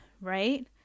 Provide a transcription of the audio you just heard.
Right